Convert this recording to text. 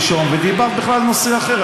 ודיברת בכלל על נושא אחר,